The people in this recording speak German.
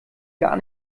gar